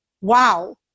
wow